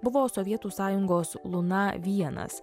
buvo sovietų sąjungos luna vienas